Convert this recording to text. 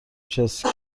چسکی